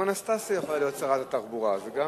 אנסטסיה, אני מאמין בו.